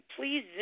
please